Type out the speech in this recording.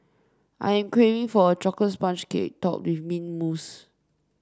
I am craving for a chocolate sponge cake topped with mint mousse